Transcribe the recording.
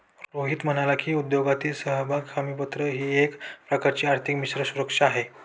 रोहित म्हणाला की, उद्योगातील समभाग हमीपत्र ही एक प्रकारची आर्थिक मिश्र सुरक्षा आहे